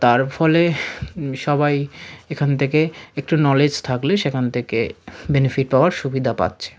তার ফলে সবাই এখান থেকে একটু নলেজ থাকলে সেখান থেকে বেনিফিট পাওয়ার সুবিধা পাচ্ছে